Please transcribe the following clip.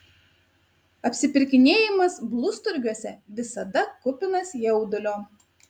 apsipirkinėjimas blusturgiuose visada kupinas jaudulio